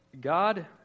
God